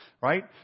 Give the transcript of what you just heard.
Right